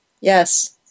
yes